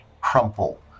crumple